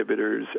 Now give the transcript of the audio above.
inhibitors